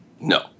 No